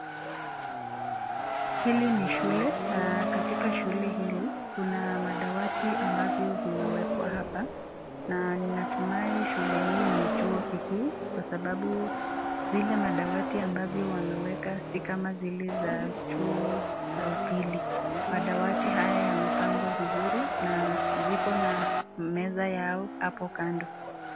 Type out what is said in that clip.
Hili ni shule na katika shule hili, kuna madawati ambavyo vimewekwa hapa, na natumai chuo hii ni chuo kikuu, kwa sababu , zile madawati ambavyo wameweka sio kama zile za chuo cha pili, madawati haya zimepangwa vizuri, na ziko na meza yao hapo kando.